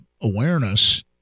awareness